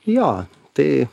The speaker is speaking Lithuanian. jo tai